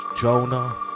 Jonah